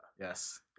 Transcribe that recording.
Yes